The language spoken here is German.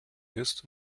ist